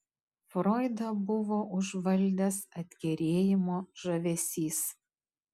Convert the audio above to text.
froidą buvo užvaldęs atkerėjimo žavesys